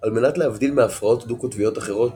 על מנת להבדיל מהפרעות דו־קוטביות אחרות,